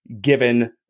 given